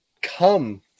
come